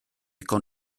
con